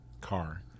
car